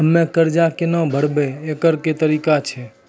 हम्मय कर्जा केना भरबै, एकरऽ की तरीका छै?